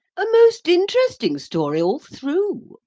a most interesting story, all through,